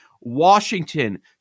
Washington